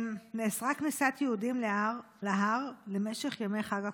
נאסרה כניסת יהודים להר למשך ימי חג הקורבן,